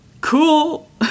cool